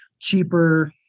cheaper